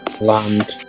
land